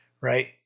right